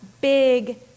big